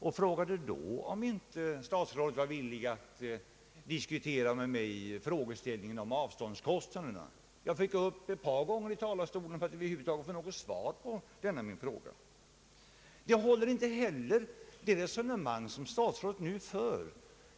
Jag frågade om statsrådet inte var villig att med mig diskutera frågan om avståndskostnaderna. Jag fick gå upp ett par gånger i talarstolen för att över huvud taget få något svar på min fråga. Liksom då håller inte heller det resonemang som statsrådet för nu.